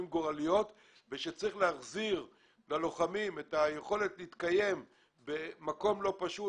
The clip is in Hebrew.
גורליות וכשצריך להחזיר ללוחמים את היכולת להתקיים במקום לא פשוט,